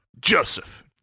joseph